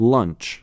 Lunch